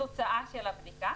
בתוצאה של הבדיקה.